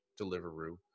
deliveroo